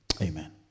amen